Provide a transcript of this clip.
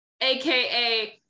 aka